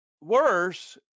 worse